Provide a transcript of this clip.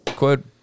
Quote